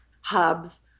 hubs